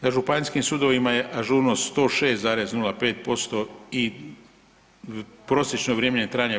Na županijskim sudovima je ažurnost 106,05% i prosječno vrijeme trajanja je